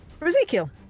Ezekiel